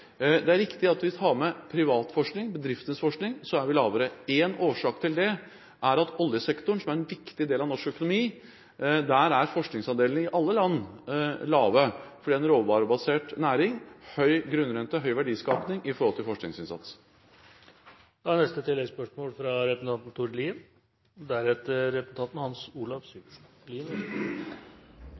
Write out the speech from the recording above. Det er riktig at når vi tar med privat forskning, bedriftenes forskning, ligger vi lavere. Én årsak til det er at i oljesektoren, som er en viktig del av norsk økonomi, er forskningsandelen lav, i alle land, for det er en råvarebasert næring, med høy grunnrente og høy verdiskaping i forhold til